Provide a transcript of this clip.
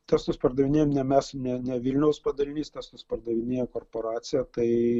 testus pardavinėjam ne mes ne ne vilniaus padalinys juos pardavinėja korporacija tai